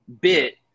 bit